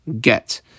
get